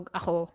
ako